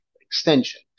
extension